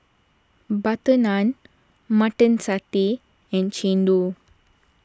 Butter Naan Mutton Satay and Chendol